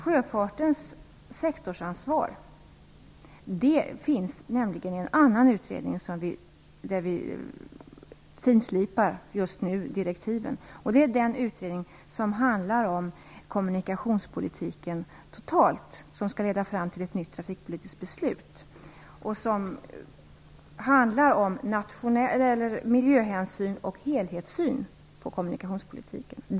Sjöfartens sektorsansvar utreds i en annan utredning som vi just nu finslipar direktiven till. Det är den utredningen som handlar om kommunikationspolitiken totalt och som skall leda fram till ett nytt trafikpolitiskt beslut. Det handlar om miljöhänsyn och helhetssyn på kommunikationspolitikens område.